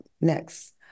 next